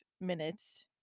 minutes